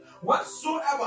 Whatsoever